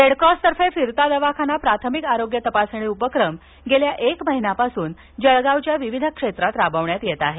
Red Cross तर्फे फिरता दवाखाना प्राथमिक आरोग्य तपासणी उपक्रम गेल्या एक महिन्यापासून जळगावच्या विविध क्षेत्रात राबवण्यात येत आहे